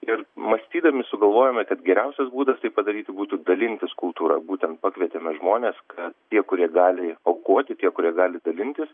ir mąstydami sugalvojome kad geriausias būdas tai padaryti būtų dalintis kultūra būtent pakvietėme žmones kad tie kurie gali aukoti tie kurie gali dalintis